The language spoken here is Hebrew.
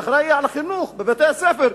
האחראי לחינוך בבתי-הספר,